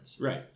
Right